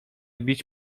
bić